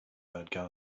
pointing